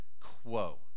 quo